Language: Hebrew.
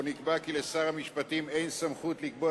שבו נקבע כי לשר המשפטים אין סמכות לקבוע